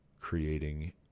creating